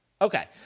Okay